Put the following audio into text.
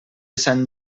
sant